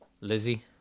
lizzie